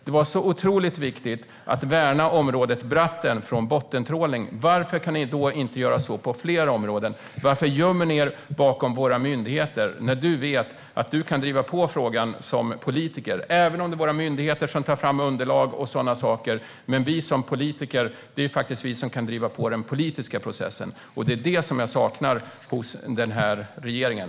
Det var ju otroligt viktigt att värna området Bratten från bottentrålning. Varför gömmer ni er bakom myndigheterna? Du vet ju att du som politiker kan driva på frågan, även om det är myndigheter som tar fram underlag och annat. Vi som politiker kan driva på den politiska processen, och detta saknar jag hos den här regeringen.